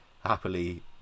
happily